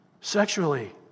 sexually